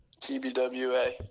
TBWA